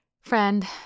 Friend